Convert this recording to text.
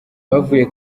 bavuye